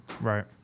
Right